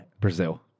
Brazil